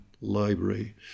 library